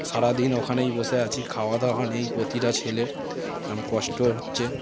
সারাদিন ওখানেই বসে আছি খাওয়া দাওয়া নেই প্রতিটা ছেলের এমন কষ্ট হচ্ছে